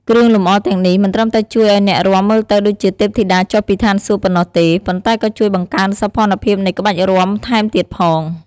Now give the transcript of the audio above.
គ្រឿងលម្អទាំងនេះមិនត្រឹមតែជួយឱ្យអ្នករាំមើលទៅដូចជាទេពធីតាចុះពីឋានសួគ៌ប៉ុណ្ណោះទេ ប៉ុន្តែក៏ជួយបង្កើនសោភ័ណភាពនៃក្បាច់រាំថែមទៀតផង។